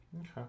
okay